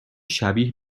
شبیه